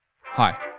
hi